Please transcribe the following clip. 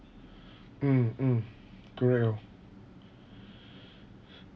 mm mm correct oh